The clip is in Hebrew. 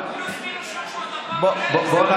פלוס-מינוס 300,000 400,000. בוא נגיד